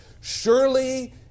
surely